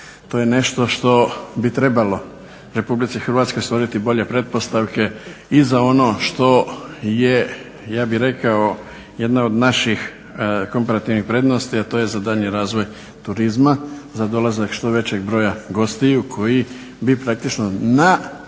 To je nešto što bi trebalo RH stvoriti bolje pretpostavke i za ono što je ja bih rekao jedna od naših komparativnih prednosti, a to je za daljnji razvoj turizma za dolazak što većeg broja gostiju koji bi praktično na